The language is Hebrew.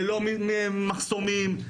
ללא מחסומים,